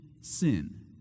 sin